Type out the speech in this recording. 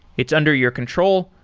it's under your control,